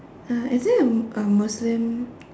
uh is it uh a muslim